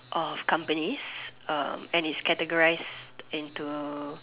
of companies um and it's categorised into